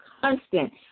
constant